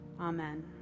Amen